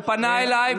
הוא פנה אליי,